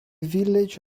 village